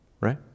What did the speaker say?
Right